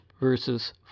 versus